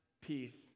peace